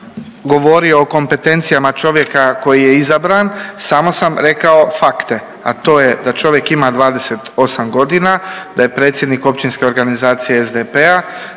govorio o kompetencijama čovjeka koji je izabran, samo sam rekao fakte, a to je da čovjek ima 28.g., da je predsjednik Općinske organizacije SDP-a,